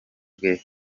bwe